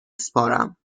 سپارم